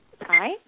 Hi